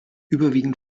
überwiegend